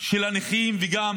של הנכים וגם